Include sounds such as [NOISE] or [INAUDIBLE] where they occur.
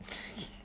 [LAUGHS]